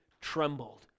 trembled